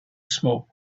smoke